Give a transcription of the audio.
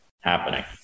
happening